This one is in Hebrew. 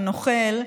ונוכל,